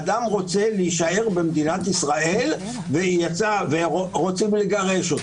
אדם רוצה להישאר במדינת ישראל ורוצים לגרש אותו.